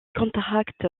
contracte